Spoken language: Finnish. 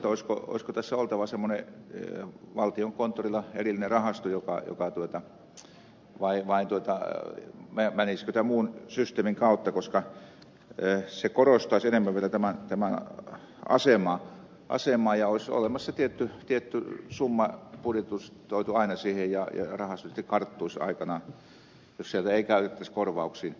tuli vaan mieleen olisiko tässä oltava valtiokonttorilla semmoinen erillinen rahasto vai menisikö tämä muun systeemin kautta koska se korostaisi vielä enemmän tämän asemaa ja olisi olemassa tietty summa budjetoitu aina siihen ja raha tietysti karttuisi aikanaan jos sieltä ei käytettäisi korvauksiin